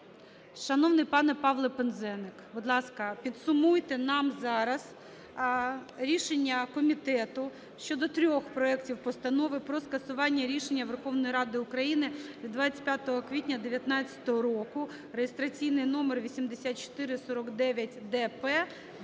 шановний пане Павле Пинзеник, будь ласка, підсумуйте нам зараз рішення комітету щодо трьох проектів постанови про скасування рішення Верховної Ради України від 25 квітня 2019 року (реєстраційний номер 8449-д-П,